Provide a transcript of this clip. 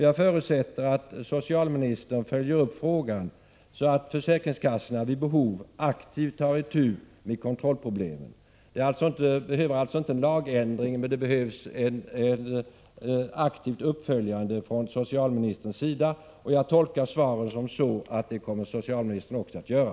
Jag förutsätter att socialministern följer upp frågan, så att försäkringskassorna vid behov aktivt tar itu med kontrollproblemen. Det behövs alltså ingen lagändring, men det behövs att socialministern aktivt följer upp detta, och jag tolkar svaret så att det kommer socialministern också att göra.